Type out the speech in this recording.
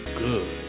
good